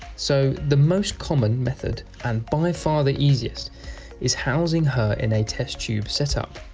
so the most common method and by far the easiest is housing her in a test tube set up.